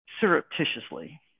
surreptitiously